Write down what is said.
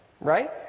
right